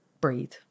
breathe